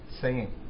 singing